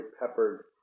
peppered